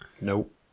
Nope